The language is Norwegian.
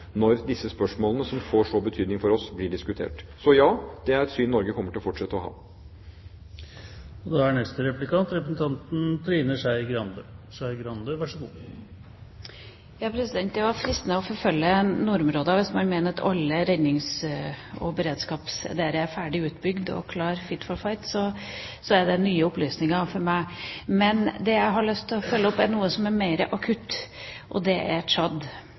når disse spørsmålene, som får så stor betydning for oss, blir diskutert. Så ja, dette er et syn Norge kommer til å fortsette å ha. Det er fristende å forfølge nordområdene, for hvis man mener at alt innen redning og beredskap der er ferdig utbygd og klart, fit for fight, så er det nye opplysninger for meg. Men det jeg har lyst til å følge opp, er noe som er mer akutt, og det er